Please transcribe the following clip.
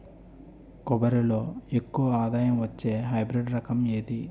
కొబ్బరి లో ఎక్కువ ఆదాయం వచ్చే హైబ్రిడ్ రకం ఏది?